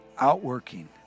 outworking